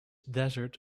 desert